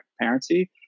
transparency